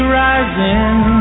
rising